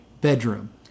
bedroom